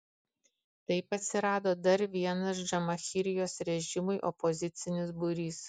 taip atsirado dar vienas džamahirijos režimui opozicinis būrys